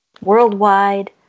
worldwide